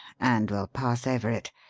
and we'll pass over it.